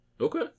Okay